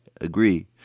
Agree